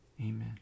Amen